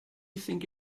think